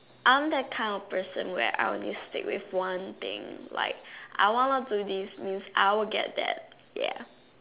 I'm not that kind of person where I will stick to one kind of thing like I wanna to do this I will get that ya